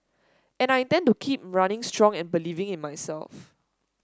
and I intend to keep running strong and believing in myself